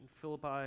Philippi